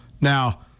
Now